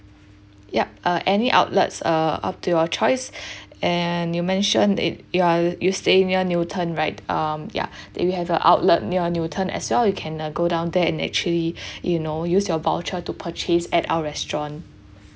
yup uh any outlet uh up to your choice and you mentioned it you are you stay in near newton right um yeah we have a outlet near newton as well you can uh go down there and actually you know use your voucher to purchase at our restaurant